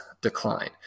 decline